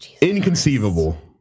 Inconceivable